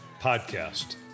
podcast